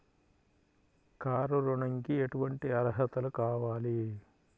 Car ఋణంకి ఎటువంటి అర్హతలు కావాలి?